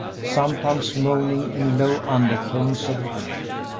sometimes moaning in low undertones of grief,